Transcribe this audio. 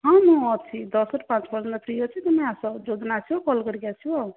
ହଁ ମୁଁ ଅଛି ଦଶରୁ ପାଞ୍ଚ ପର୍ଯ୍ୟନ୍ତ ଫ୍ରୀ ଅଛି ତୁମେ ଆସ ଯେଉଁଦିନ ଆସିବ କଲ୍ କରିକି ଆସିବ ଆଉ